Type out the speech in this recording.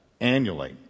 annually